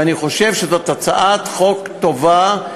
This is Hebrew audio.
ואני חושב שזו הצעת חוק טובה,